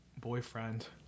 boyfriend